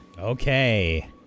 Okay